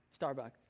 Starbucks